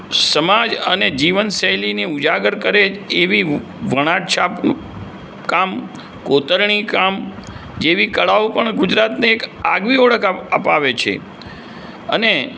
સમાજ અને જીવનશૈલીને ઉજાગર કરે એવી વણાટ છાપકામ કોતરણીકામ જેવી કળાઓ પણ ગુજરાતને એક આગવી ઓળખ આપ અપાવે છે અને